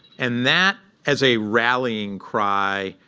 and that, as a rallying cry,